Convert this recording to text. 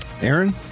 aaron